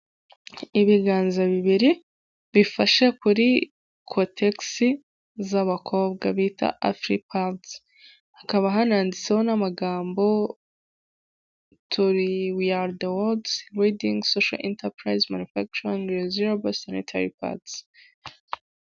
Ibiganza bibiri bifashe kuri kotegisi z'abakobwa bita afuripadi, hakaba hananditseho n'amagambo tori wiyari dewedi lidingi sosho intapurayizi manufagicaringi riyuzabo sanitari padi.